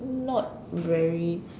not very